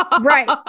right